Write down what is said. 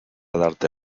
darte